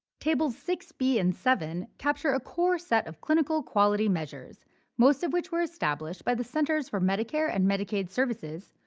tables six b and seven, capture a core set of clinical quality measures most of which were established by the centers for medicare and medicaid services.